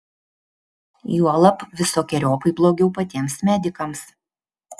juolab visokeriopai blogiau patiems medikams